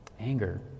Anger